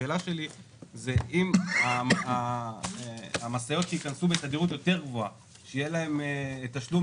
האם זה שהמשאיות ייכנסו בתדירות יותר גבוהה ויהיה להן תשלום